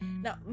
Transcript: Now